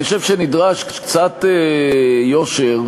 אני חושב שנדרש קצת יושר,